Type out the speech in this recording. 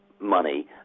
money